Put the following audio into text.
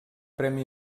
premi